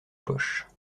poche